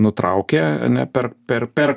nutraukia ane per per per